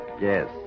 Yes